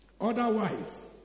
Otherwise